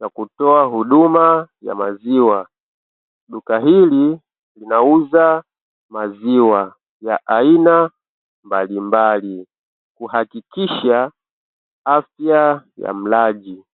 ya kutoa huduma ya maziwa, duka hili linauza maziwa ya aina mbalimbali. Kuhakikisha afya ya mlaji.